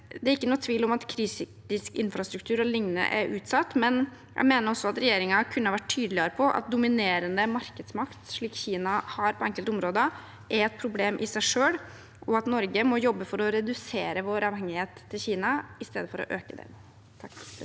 Det er ikke noen tvil om at kritisk infrastruktur o.l. er utsatt, men jeg mener også at regjeringen kunne ha vært tydeligere på at dominerende markedsmakt, slik Kina har på enkelte områder, er et problem i seg selv, og at Norge må jobbe for å redusere vår avhengighet av Kina i stedet for å øke den. Rasmus